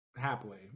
happily